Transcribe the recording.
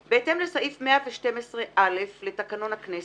5. בהתאם לסעיף 112(א) לתקנון הכנסת,